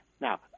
Now